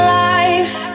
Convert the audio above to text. life